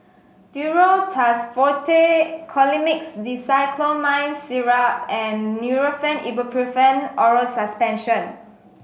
Duro Tuss Forte Colimix Dicyclomine Syrup and Nurofen Ibuprofen Oral Suspension